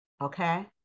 okay